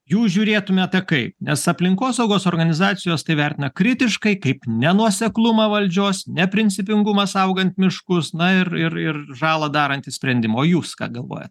jūs žiūrėtumėte kaip nes aplinkosaugos organizacijos tai vertina kritiškai kaip nenuoseklumą valdžios neprincipingumą saugant miškus na ir ir žalą darantys sprendimai o jūs ką galvojat